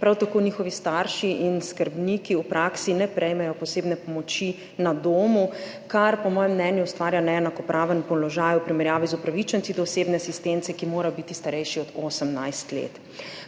prav tako njihovi starši in skrbniki v praksi ne prejmejo posebne pomoči na domu, kar po mojem mnenju ustvarja neenakopraven položaj v primerjavi z upravičenci do osebne asistence, ki morajo biti starejši od 18 let.